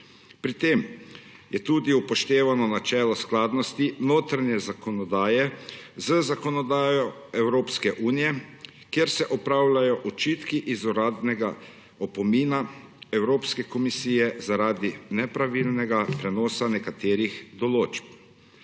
Pri tem je tudi upoštevano načelo skladnosti notranje zakonodaje z zakonodajo Evropske unije, kjer se odpravljajo očitki iz uradnega opomina Evropske komisije zaradi nepravilnega prenosa nekaterih določb.